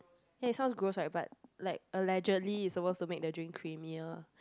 ya it sounds gross right but like allegedly it's supposed to make the drink creamier